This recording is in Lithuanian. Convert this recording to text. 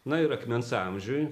na ir akmens amžiuj